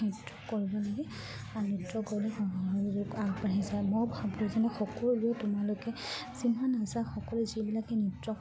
নৃত্য কৰিব লাগে নৃত্য কৰি আগবাঢ়ি যায় মই ভাবোঁ যেনে সকলোৱে তোমালোকে চিন্ধা নাচা সকলোৱে যিবিলাকে নৃত্য